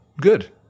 good